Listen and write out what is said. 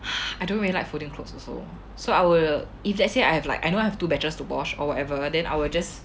I don't really like folding clothes also so I will if let's say I have like I know have two batches to wash or whatever then I will just